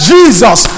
Jesus